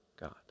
God